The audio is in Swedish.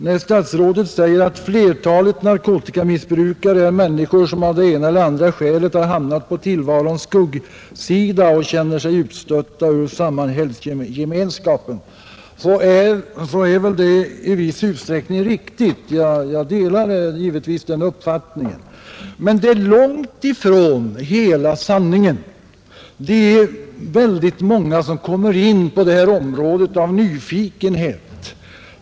När statsrådet säger att flertalet narkotikamissbrukare är människor som av ena eller andra skälet hamnat på tillvarons skuggsida och känner sig utstötta ur samhällsgemenskapen, så är det i viss utsträckning riktigt. Jag delar givetvis den uppfattningen. Men det är långt ifrån hela sanningen. Det är många som kommer in på detta område av nyfikenhet.